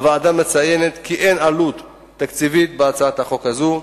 הוועדה מציינת כי אין עלות תקציבית להצעת החוק הזאת.